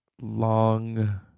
long